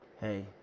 hey